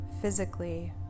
physically